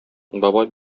бабай